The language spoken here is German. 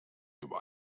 über